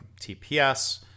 TPS